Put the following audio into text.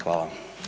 Hvala.